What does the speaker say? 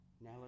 Now